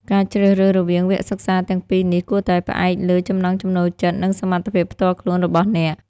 ការជ្រើសរើសរវាងវគ្គសិក្សាទាំងពីរនេះ គួរតែផ្អែកលើចំណង់ចំណូលចិត្ត និងសមត្ថភាពផ្ទាល់ខ្លួនរបស់អ្នក